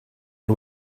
and